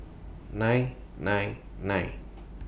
nine nine nine